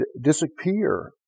disappear